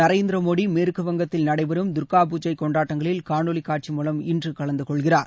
நரேந்திர மோடி மேற்கு வங்கத்தில் நடைபெறும் துர்கா பூஜை கொண்டாட்டங்களில் காணொளி காட்சி மூலம் இன்று கலந்து கொள்கிறார்